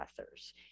authors